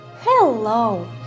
Hello